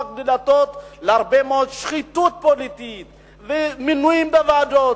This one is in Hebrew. דלתות להרבה מאוד שחיתות פוליטית ומינויים בוועדות,